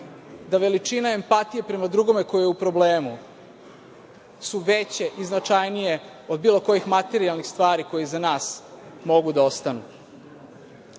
da veličina empatije prema drugome ko je u problemu su veće i značajnije od bilo kojih materijalnih stvari koje iza nas mogu da ostanu. Ova